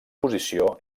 posició